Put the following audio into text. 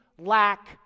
lack